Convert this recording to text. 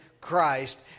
Christ